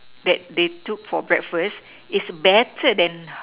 that they took for breakfast is better than